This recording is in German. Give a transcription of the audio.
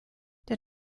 der